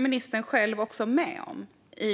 Ministern höll ju själv med om detta